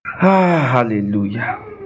Hallelujah